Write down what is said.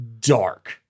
dark